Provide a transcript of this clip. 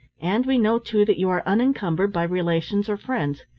and we know, too, that you are unencumbered by relations or friends.